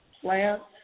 plants